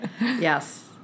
yes